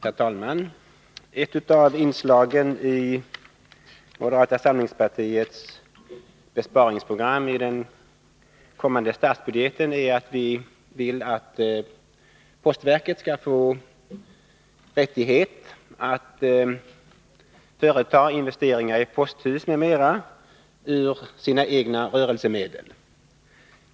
Herr talman! Ett av inslagen i moderata samlingspartiets besparingsprogram för den kommande statsbudgeten är att postverket skall få rättighet att företa investeringar i posthus m.m. ur sina egna rörelsemedel.